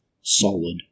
solid